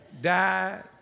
died